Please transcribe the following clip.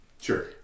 Sure